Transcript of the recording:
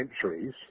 centuries